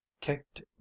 Kicked